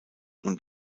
und